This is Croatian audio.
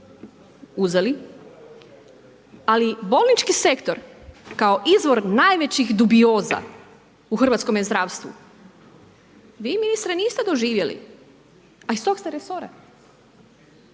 uzeli, ali bolnički sektor kao izvor najvećih dubioza u hrvatskome zdravstvu, vi ministre niste doživjeli, a iz tog ste resora